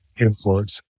influence